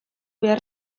behar